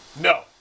No